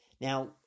Now